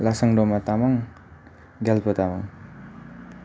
Lasang Doma Tamang Gyalpo Tamang